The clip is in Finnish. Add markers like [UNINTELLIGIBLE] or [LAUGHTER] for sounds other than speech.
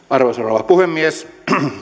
[UNINTELLIGIBLE] arvoisa rouva puhemies